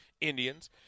Indians